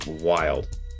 wild